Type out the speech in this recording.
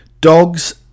Dogs